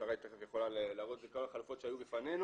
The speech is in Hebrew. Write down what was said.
שרי תיכף יכולה להראות את כל החלופות שהיו בפנינו,